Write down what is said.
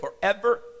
forever